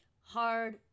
hard